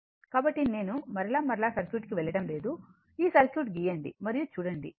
కాబట్టి నేను మరలా మరలా సర్క్యూట్కు వెళ్ళడం లేదు ఈ సర్క్యూట్ గీయండి మరియు చూడండి చేయండి